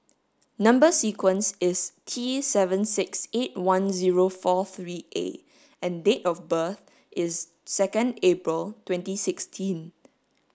number sequence is T seven six eight one zero four three A and date of birth is second April twenty sixteen